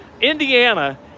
Indiana